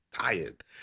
Tired